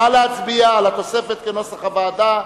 נא להצביע על התוספת כנוסח הוועדה.